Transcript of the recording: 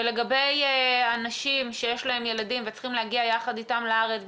ולגבי אנשים שיש להם ילדים וצריכים להגיע יחד איתם לארץ,